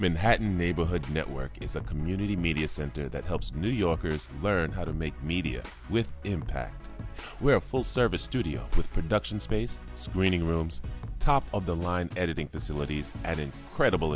manhattan neighborhood network it's a community media center that helps new yorkers learn how to make media with impact we're a full service studio with production space screening rooms top of the line editing facilities and credible